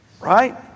Right